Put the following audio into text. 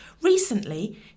Recently